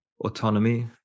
autonomy